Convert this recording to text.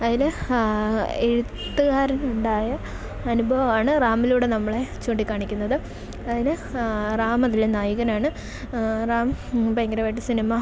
അതിൽ ആ എഴുത്തുകാരനുണ്ടായ അനുഭവമാണ് റാമിലൂടെ നമ്മളെ ചൂണ്ടി കാണിക്കുന്നത് അതിൽ ആ റാമതിലെ നായകനാണ് റാം ഭയങ്കരമായിട്ട് സിനിമ